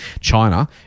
China